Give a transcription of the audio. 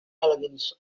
elegance